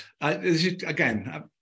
Again